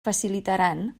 facilitaran